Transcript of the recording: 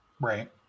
right